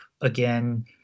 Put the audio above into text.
again